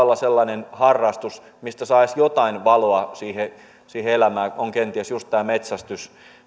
ja sellainen harrastus mistä saa edes jotain valoa siihen siihen elämään kenties juuri tämä metsästys